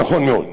נכון מאוד.